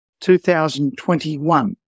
2021